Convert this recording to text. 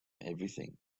everything